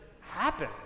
happen